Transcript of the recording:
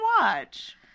watch